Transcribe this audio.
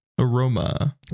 Aroma